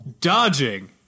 dodging